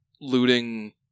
looting